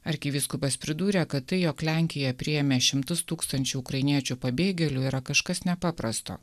arkivyskupas pridūrė kad tai jog lenkija priėmė šimtus tūkstančių ukrainiečių pabėgėlių yra kažkas nepaprasto